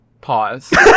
pause